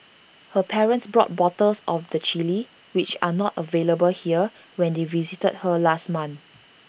her parents brought bottles of the Chilli which are not available here when they visited her last month